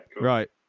right